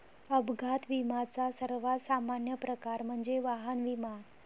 अपघात विम्याचा सर्वात सामान्य प्रकार म्हणजे वाहन विमा